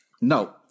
No